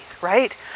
right